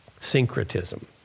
syncretism